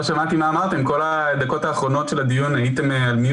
לא שמעתי מה שאמרתם כי כל הדקות האחרונות של הדיון הייתם על שקט.